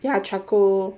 ya charcoal